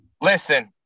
Listen